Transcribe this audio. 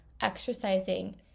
Exercising